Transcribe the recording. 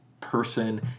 person